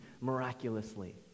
miraculously